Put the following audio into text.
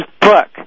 book